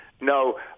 No